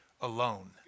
alone